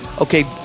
okay